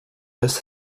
pes